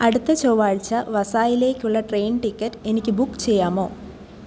അടുത്ത ചൊവ്വാഴ്ച വസായിലേയ്ക്കുള്ള ട്രെയിൻ ടിക്കറ്റ് എനിക്ക് ബുക്ക് ചെയ്യാമോ